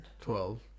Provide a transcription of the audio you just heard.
Twelve